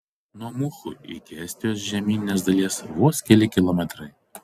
nuo muhu iki estijos žemyninės dalies vos keli kilometrai